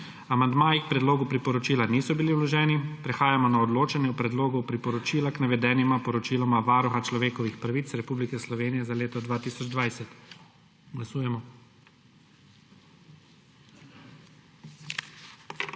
Amandmaji k predlogu priporočila niso bili vloženi. Prehajamo na odločanje o Predlogu priporočila k navedenima poročiloma Varuha človekovih pravic Republike Slovenije za leto 2020. Glasujemo.